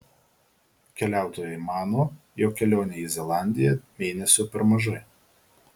keliautojai mano jog kelionei į zelandiją mėnesio per mažai